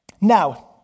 Now